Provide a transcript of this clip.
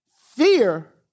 fear